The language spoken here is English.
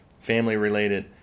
family-related